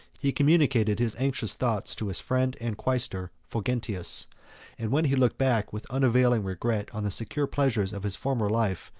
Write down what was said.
he communicated his anxious thoughts to his friend and quaestor fulgentius and when he looked back with unavailing regret on the secure pleasures of his former life,